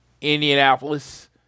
Indianapolis